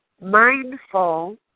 mindful